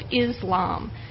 Islam